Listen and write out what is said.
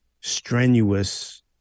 strenuous